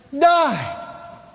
die